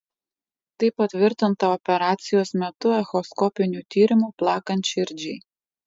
tai patvirtinta operacijos metu echoskopiniu tyrimu plakant širdžiai